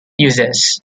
users